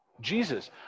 Jesus